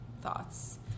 thoughts